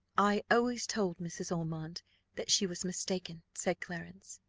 i always told mrs. ormond that she was mistaken, said clarence.